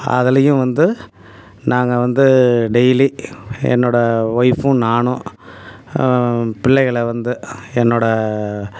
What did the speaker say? அதுலையும் வந்து நாங்கள் வந்து டெய்லி என்னோட ஒய்ஃபும் நானும் பிள்ளைகளை வந்து என்னோட